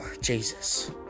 Jesus